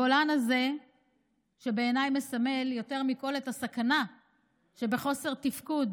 הבולען הזה מסמל בעיניי יותר מכול את הסכנה שבחוסר תפקוד